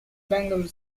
bangalore